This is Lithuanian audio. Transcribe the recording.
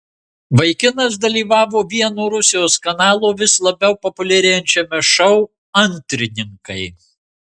vaikinas dalyvavo vieno rusijos kanalo vis labiau populiarėjančiame šou antrininkai